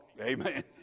Amen